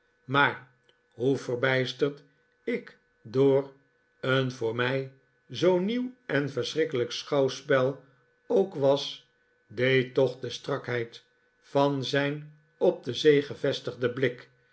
maar hoe verbijsterd ik door een voor mij zoo nieuw en verschrikkelijk schouwspel ook was deed toch de strakheid van zijn op de zee gevestigden blik